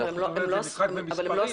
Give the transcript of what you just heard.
זה משחק במספרים.